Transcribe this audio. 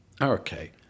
okay